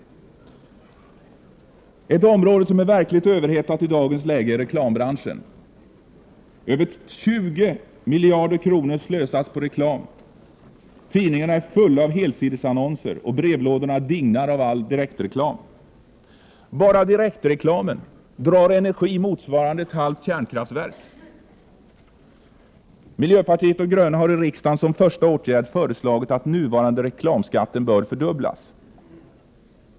Ett område som verkligen är överhettat i dagens läge är reklambranschen. Över 20 miljarder kr. slösas på reklam. Tidningarna är fulla av helsidesannonser och brevlådorna bågnar av all direktreklam. Bara direktreklamen drar energi motsvarande ett halvt kärnkraftverk. Miljöpartiet de gröna har i riksdagen föreslagit att som en första åtgärd den nuvarande reklamskatten skall fördubblas.